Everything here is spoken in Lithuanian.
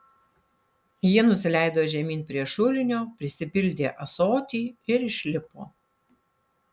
ji nusileido žemyn prie šulinio prisipildė ąsotį ir išlipo